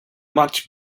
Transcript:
much